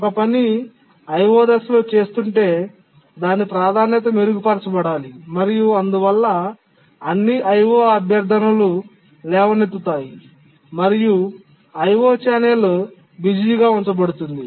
ఒక పని IO దశలో చేస్తుంటే దాని ప్రాధాన్యత మెరుగుపరచబడాలి మరియు అందువల్ల అన్ని IO అభ్యర్థనలు లేవనెత్తుతాయి మరియు IO ఛానెల్ బిజీగా ఉంచబడుతుంది